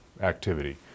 activity